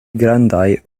grandaj